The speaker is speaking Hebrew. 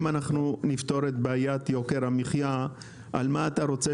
אם אנחנו נפתור את בעיית יוקר המחיה על מה אתה רוצה